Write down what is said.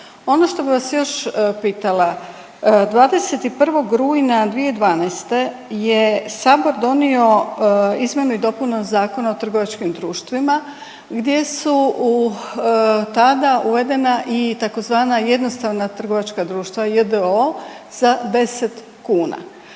Ono što bi vas još pitala, 21. rujna 2012. je sabor donio izmjenu i dopunu Zakona o trgovačkim društvima gdje su tada uvedena i tzv. jednostavna trgovačka društva j.d.o. za 10 kuna.